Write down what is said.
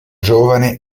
giovane